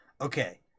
okay